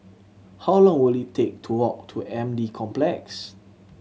how long will it take to walk to M D Complex